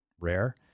rare